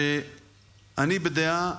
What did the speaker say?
ואני בדעה,